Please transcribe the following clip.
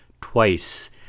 twice